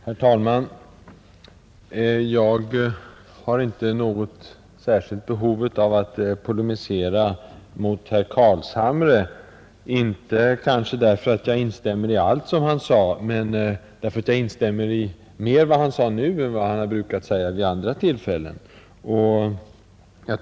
Herr talman! Jag har inte något behov av att polemisera mot herr Carlshamre — inte av den anledningen att jag skulle instämma i allt vad han sade, men därför att jag instämmer mer i vad han sade nu, än vad han har sagt vid andra tillfällen.